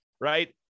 right